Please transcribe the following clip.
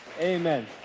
Amen